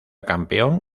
campeón